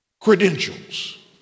credentials